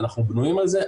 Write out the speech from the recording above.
אנחנו בנויים על זה,